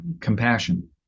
compassion